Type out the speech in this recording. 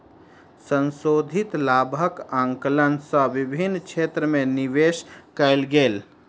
संशोधित लाभक आंकलन सँ विभिन्न क्षेत्र में निवेश कयल गेल